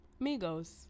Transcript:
Migos